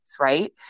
right